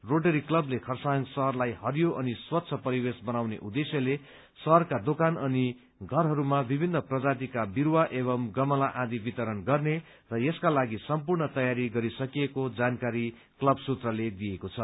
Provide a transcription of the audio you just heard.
rotary क्लबले खरसाङ शहरलाई हरियो अनि स्वच्छ परिवेश बनाउने उद्देश्यले शहरका दोकान अनि घरहरूमा विमिन्न प्रजातिका विरूवा एवं गमला आदि वितरण गर्ने र यसका लागि सम्पूर्ण तयारी गरिसकिएको जानकारी क्लब सूत्रले दिएको छ